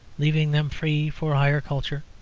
leaving them free for higher culture?